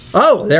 oh, there